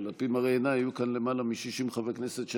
אבל לפי מראה עיניי היו כאן למעלה מ-60 חבר הכנסת של